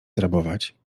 zrabować